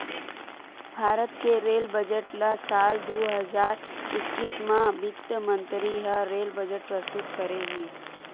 भारत के rail budget ल साल दू हजार एक्कीस म बित्त मंतरी ह रेल बजट प्रस्तुत करे हे